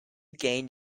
gained